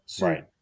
Right